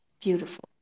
beautiful